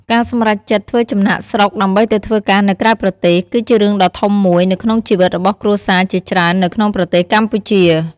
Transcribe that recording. ការសម្រេចចិត្តធ្វើចំណាកស្រុកដើម្បីទៅធ្វើការនៅក្រៅប្រទេស គឺជារឿងដ៏ធំមួយនៅក្នុងជីវិតរបស់គ្រួសារជាច្រើននៅក្នុងប្រទេសកម្ពុជា។